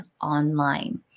online